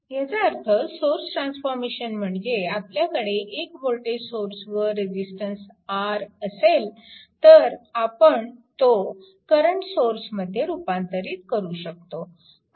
ह्याचा अर्थ source transformation म्हणजे आपल्याकडे एक वोल्टेज सोर्स व रेजिस्टन्स R असेल तर आपण तो करंट सोर्समध्ये रूपांतरित करू शकतो